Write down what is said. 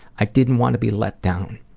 i didn't want to be let down.